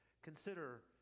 Consider